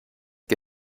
que